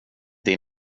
det